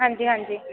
ਹਾਂਜੀ ਹਾਂਜੀ